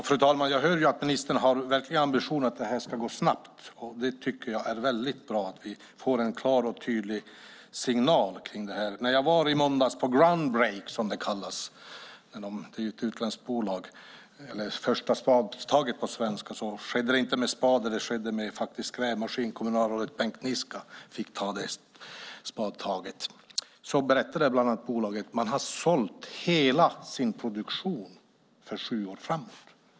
Fru talman! Jag hör att ministern har ambitionen att det här ska gå snabbt. Jag tycker att det är bra att vi får en klar och tydlig signal om detta. I måndags var jag på ground break, som det kallas - första spadtaget på svenska. Det skedde dock inte med spade utan med grävmaskin. Kommunalrådet Bengt Niska fick ta det spadtaget. Då berättade man från bolaget att man har sålt hela sin produktion för sju år framåt.